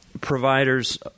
providers